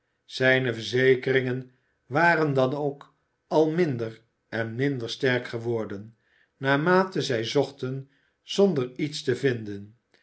zijne verzekeringen waren dan ook al minder en minder sterk geworden naarmate zij zochten zonder iets te vinden